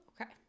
okay